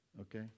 Okay